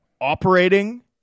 operating